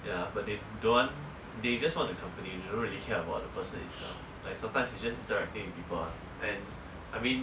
we